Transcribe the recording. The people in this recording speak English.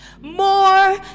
more